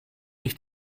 ich